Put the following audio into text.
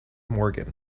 morgan